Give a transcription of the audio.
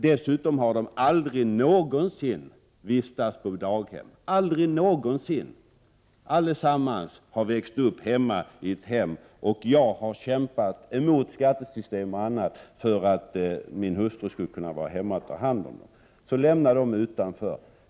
Dessutom har de aldrig någonsin vistats på daghem. Allesammans har växt upp i hemmet, och jag har kämpat mot skattesystem och annat för att min hustru skulle kunna vara hemma och ta hand om dem. Lämna dem utanför!